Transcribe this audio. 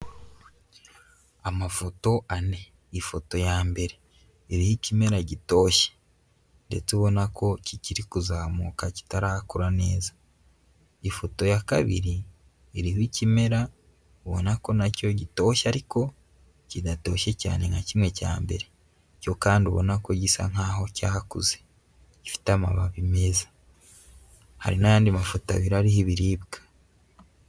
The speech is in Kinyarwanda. Amafoto ane, ifoto ya mbere iriho ikimena gitoshye ndetse ubona ko kikiri kuzamuka kitarakura neza. Ifoto ya kabiri iriho ikimera ubona ko nacyo gitoshye ariko kidatoshye cyane nka kimwe cya mbere, cyo kandi ubona ko gisa nk'aho cyakuze, gifite amababi meza. Hari n'ayandi mafoto abiri ariho ibiribwa.